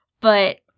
But-